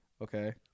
Okay